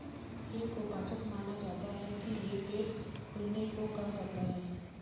हींग को पाचक माना जाता है कि यह पेट फूलने को कम करता है